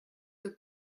your